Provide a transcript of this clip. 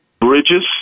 Bridges